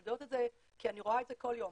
אני אומרת את זה כי אני רואה את זה כל יום.